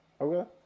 Okay